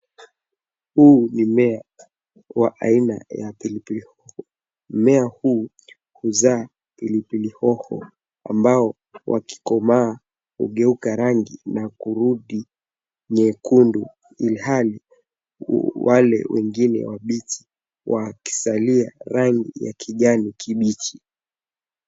Huu ni mmea wa aina ya pilipili hoho. Mmea huu huzaa pilipili hoho ambao wakikomaa hugeuka rangi na kurudi nyekundu, ilhali wale wengine mabichi wakisalia rangi ya kijani kibichi.